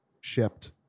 shipped